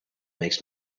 makes